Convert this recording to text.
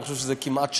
אני חושב שזאת כמעט שאלה,